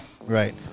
Right